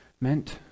meant